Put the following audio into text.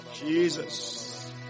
Jesus